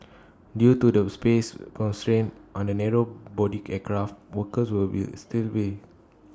due to the space constraints on the narrow body aircraft workers will still be